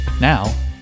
Now